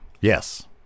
yes